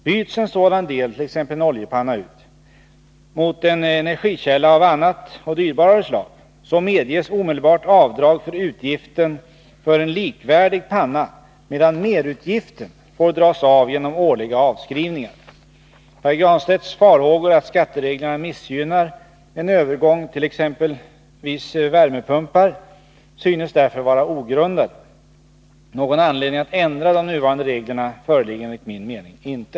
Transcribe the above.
Byts en sådan del, t.ex. en oljepanna, ut mot en energikälla av annat och dyrbarare slag, medges omedelbart avdrag för utgiften för en likvärdig panna, medan merutgiften får dras av genom årliga avskrivningar. Pär Granstedts farhågor att skattereglerna missgynnar en övergång till exempelvis värmepumpar synes därför vara ogrundade. Någon anledning att ändra de nuvarande reglerna föreligger enligt min mening inte.